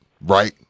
right